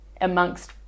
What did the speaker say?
amongst